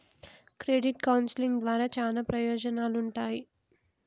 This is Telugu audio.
క్రెడిట్ కౌన్సిలింగ్ ద్వారా చాలా ప్రయోజనాలుంటాయి